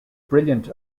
brilliant